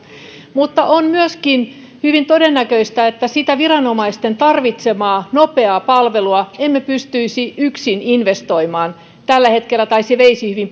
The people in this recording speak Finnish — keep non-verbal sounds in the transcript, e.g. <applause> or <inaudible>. mutta on myöskin hyvin todennäköistä että sitä viranomaisten tarvitsemaa nopeaa palvelua emme pystyisi yksin investoimaan tällä hetkellä tai se veisi hyvin <unintelligible>